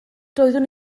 doeddwn